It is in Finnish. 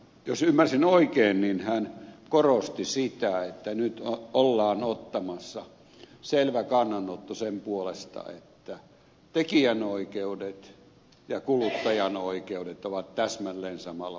jos ymmärsin oikein hän korosti sitä että nyt ollaan ottamassa selvä kannanotto sen puolesta että tekijänoikeudet ja kuluttajanoikeudet ovat täsmälleen samalla viivalla